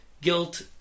guilt